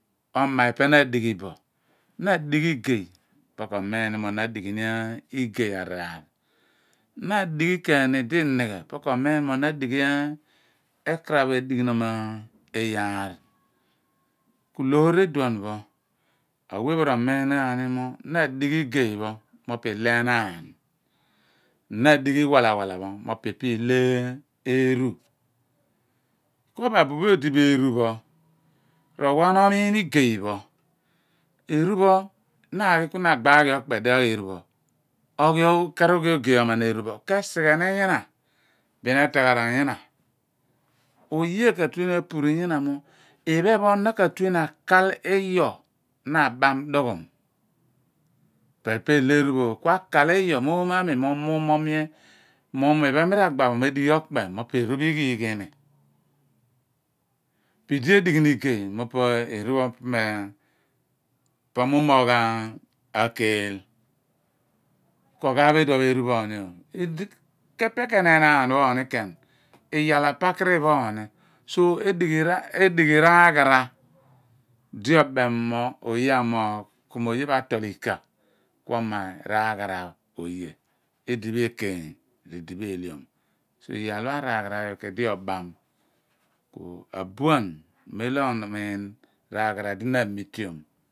Oma ipe na adighi bo na adighi igey po ko miin ni mo na adighi ni igey araar, na adighi keeni idi i/nighe po ko miin mo na adighi epar aph edighinon iyaar ku loar uluon pho awe pho r'omiin ghan ni mo na adighi igey pho mo po ilo enaan, na adighi iwala walo mo ipe ilo eeru ko bo abuphe och bu eeru pho ro waghan omiin igay pho eeru pho na aghi ku agba ghi okpe dighaagh eeru pho oghi okaragh ogay oman eeru puo ke sighe ni nyina bin etagheran nyina uye ka tue ni apuni nyina mo iphan pho na ta tue ni akae iyo abam dughum po ipe elo eani pho ku akal iyo mo oomo ami mughum mo mi ghen mi ra gba ku erighe okpe po emi pho ighugh imi poli edi edighi ni igay po eery pho po mi umoogh akeel ku oghaaph edipho eeru pho ni ooo ku idi epe ke enaan pho ken iyal apaari pho ni so edighi raghara di obem mo oye pho amorgh ku oye pho atol ika ku omaaghi raghara oye idipho ekeeny r’ idipho eelium so iyal pho araghara pho ku edi obam ku abuan mem bo omiin raghara di na amiteom.